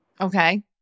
Okay